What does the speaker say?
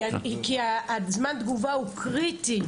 כי, הזמן תגובה הוא קריטי.